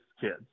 kids